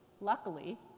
Luckily